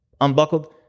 unbuckled